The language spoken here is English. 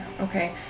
Okay